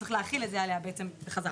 צריך להחיל את זה עליה בעצם בחזרה.